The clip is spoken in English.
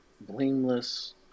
blameless